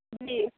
جی